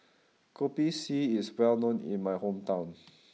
Kopi C is well known in my hometown